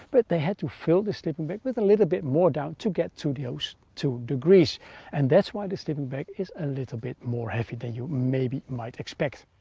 but they had to fill the sleeping bag with a little bit more down to get to the ah two degrees and that's why the sleeping bag is a little bit more heavy than you maybe might expect.